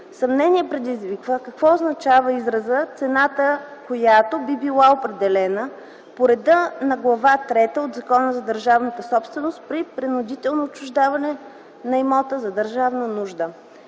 Съмнение предизвика какво означава изразът „цената, която би била определена по реда на Глава трета от Закона за държавната собственост при принудително отчуждаване на имота за държавна нужда”,